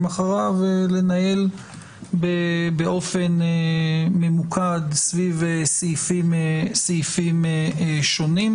אחריו לנהל באופן ממוקד סביב סעיפים שונים.